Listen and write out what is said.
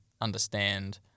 understand